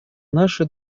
наши